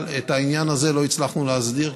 אבל את העניין הזה לא הצלחנו להסדיר,